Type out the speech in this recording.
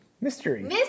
Mystery